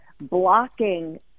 blocking